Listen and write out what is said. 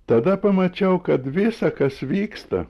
tada pamačiau kad visa kas vyksta